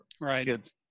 Right